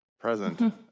present